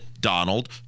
Donald